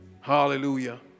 Hallelujah